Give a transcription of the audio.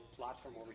platform